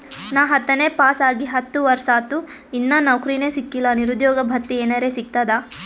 ನಾ ಹತ್ತನೇ ಪಾಸ್ ಆಗಿ ಹತ್ತ ವರ್ಸಾತು, ಇನ್ನಾ ನೌಕ್ರಿನೆ ಸಿಕಿಲ್ಲ, ನಿರುದ್ಯೋಗ ಭತ್ತಿ ಎನೆರೆ ಸಿಗ್ತದಾ?